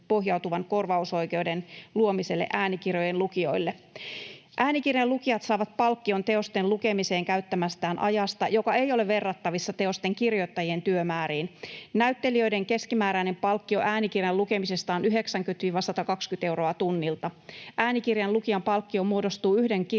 korvausoikeuden luomiselle äänikirjojen lukijoille. Äänikirjan lukijat saavat palkkion teosten lukemiseen käyttämästään ajasta, joka ei ole verrattavissa teosten kirjoittajien työmääriin. Näyttelijöiden keskimääräinen palkkio äänikirjan lukemisesta on 90—120 euroa tunnilta. Äänikirjan lukijan palkkio muodostuu yhden kirjan